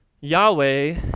Yahweh